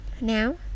now